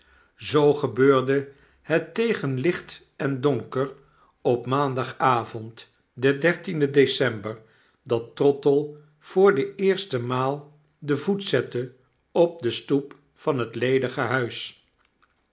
zoo gebeurde het tegen licht en donker op maandagavond den dertienden december dat trottle voor de eerste maal den voet zette op de stoep van het ledige huis